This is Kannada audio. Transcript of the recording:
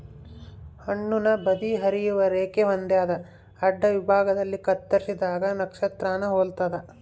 ಹಣ್ಣುನ ಬದಿ ಹರಿಯುವ ರೇಖೆ ಹೊಂದ್ಯಾದ ಅಡ್ಡವಿಭಾಗದಲ್ಲಿ ಕತ್ತರಿಸಿದಾಗ ನಕ್ಷತ್ರಾನ ಹೊಲ್ತದ